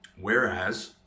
whereas